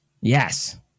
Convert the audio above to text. Yes